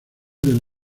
del